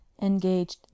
engaged